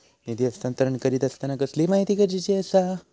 निधी हस्तांतरण करीत आसताना कसली माहिती गरजेची आसा?